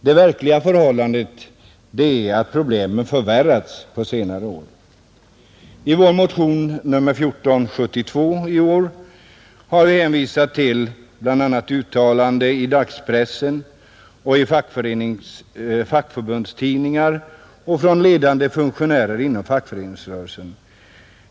Det verkliga förhållandet är att problemen förvärrats på senare år. I motionen 1472 har vi hänvisat till bl.a. uttalanden i dagspressen, i fackförbundstidningar och från ledande funktionärer inom fackföreningsrörelsen.